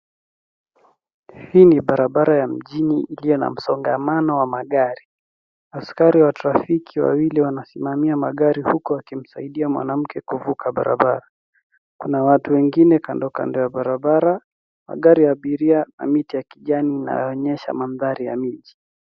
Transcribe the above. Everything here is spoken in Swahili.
Hii ni barabara ya mjini, ikiwa na msongamano wa magari. Askari wa utafiti wawili wanasimamia magari huku wakisaidia mwanamke kuvuka barabara. Kuna watu wengine kandokando ya barabara, magari ya abiria na miti ya kijani inaonyesha mandhari ya nje.